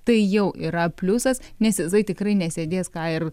tai jau yra pliusas nes jisai tikrai nesėdės ką ir